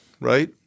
right